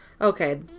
Okay